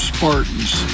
Spartans